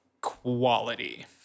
quality